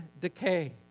decay